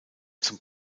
zum